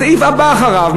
הסעיף הבא אחריו,